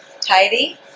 Tidy